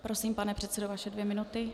Prosím, pane předsedo, vaše dvě minuty.